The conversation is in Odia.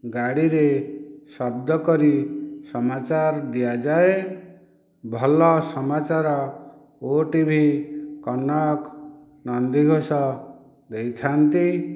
ଗାଡ଼ିରେ ଶବ୍ଦ କରି ସମାଚାର ଦିଆଯାଏ ଭଲ ସମାଚାର ଓ ଟି ଭି କନକ ନନ୍ଦିଘୋଷ ଦେଇଥାନ୍ତି